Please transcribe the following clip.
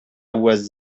was